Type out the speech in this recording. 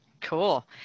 Cool